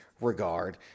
regard